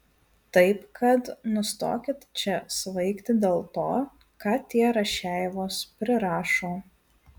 taip kad nustokit čia svaigti dėl to ką tokie rašeivos prirašo